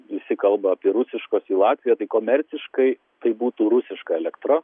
visi kalba apie rusiškos į latviją tai komerciškai tai būtų rusiška elektra